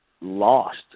lost